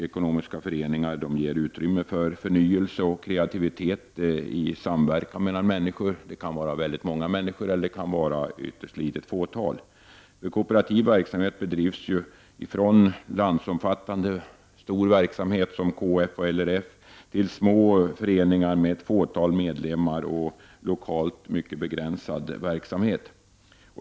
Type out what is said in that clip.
Ekonomiska föreningar ger utrymme för förnyelse och kreativitet i samverkan mellan människor. Det kan vara många eller ett ytterst litet fåtal. Kooperativ verksamhet bedrivs ju i föreningar med allt ifrån landsomfattande verksamhet som exempelvis KF och LRF till små föreningar med ett fåtal medlemmar och med geografiskt mycket begränsad verksamhet.